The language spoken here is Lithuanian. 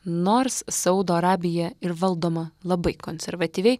nors saudo arabija ir valdoma labai konservatyviai